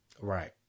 Right